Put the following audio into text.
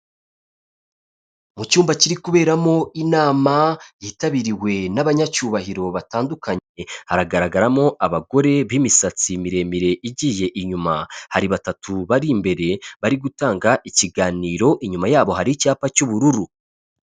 Mu cyumba kiri kuberamo inama yitabiriwe n'abanyacyubahiro batandukanye, hagaragaramo abagore b'imisatsi miremire igiye inyuma, hari batatu bari imbere bari gutanga ikiganiro inyuma yabo hari icyapa cy'ubururu.